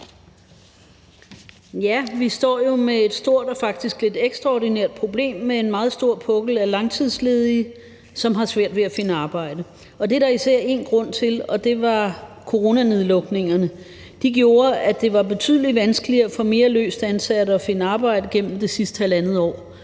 Vi står jo med et stort og faktisk lidt ekstraordinært problem med en meget stor pukkel af langtidsledige, som har svært ved at finde arbejde. Det er der især en grund til, nemlig coronanedlukningerne. De gjorde, at det har været betydelig vanskeligere for mere løst ansatte at finde arbejde igennem det sidste halvandet år.